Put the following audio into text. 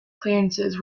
clearances